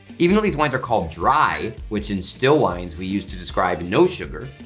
even though these wines are called dry, which in still wines we use to describe no sugar,